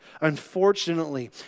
Unfortunately